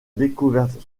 découverte